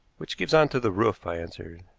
which gives on to the roof, i answered.